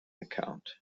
account